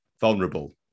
vulnerable